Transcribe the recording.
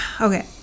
Okay